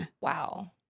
Wow